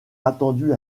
attendu